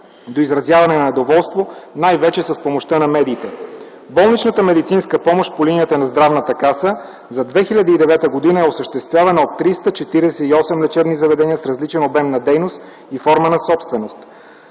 до изразяване на недоволство, най-вече с помощта на медиите. Болничната медицинска помощ по линията на Здравната каса за 2009 г. е осъществявана от 348 лечебни заведения с различен обем на дейност и форма на собственост.